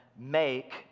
make